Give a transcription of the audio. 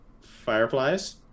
fireflies